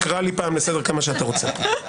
תקרא לי לסדר כמה שאתה רוצה.